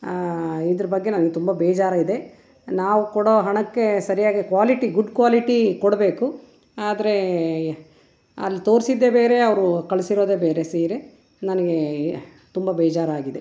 ಇದ್ರ ಬಗ್ಗೆ ನನಗೆ ತುಂಬ ಬೇಜಾರು ಇದೆ ನಾವು ಕೊಡೋ ಹಣಕ್ಕೆ ಸರಿಯಾಗಿ ಕ್ವಾಲಿಟಿ ಗುಡ್ ಕ್ವಾಲಿಟಿ ಕೊಡಬೇಕು ಆದ್ರೆ ಅಲ್ಲಿ ತೋರಿಸಿದ್ದೇ ಬೇರೆ ಅವರು ಕಳಿಸಿರೋದೇ ಬೇರೆ ಸೀರೆ ನನಗೆ ತುಂಬ ಬೇಜಾರಾಗಿದೆ